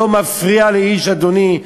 לא מפריע לאיש, אדוני.